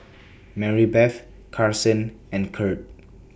Marybeth Carsen and Curt